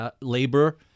labor